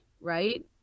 Right